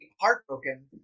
heartbroken